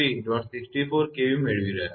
64 kV મેળવી રહ્યાં છો